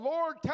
Lord